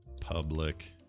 Public